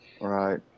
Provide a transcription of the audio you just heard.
Right